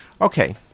Okay